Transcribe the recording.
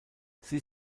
sie